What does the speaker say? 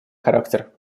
характер